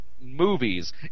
movies